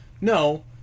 no